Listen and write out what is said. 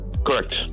Correct